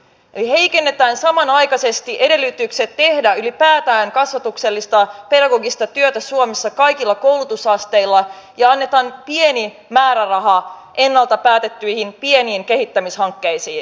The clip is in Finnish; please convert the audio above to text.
eli heikennetään samanaikaisesti edellytyksiä tehdä ylipäätään kasvatuksellista pedagogista työtä suomessa kaikilla koulutusasteilla ja annetaan pieni määräraha ennalta päätettyihin pieniin kehittämishankkeisiin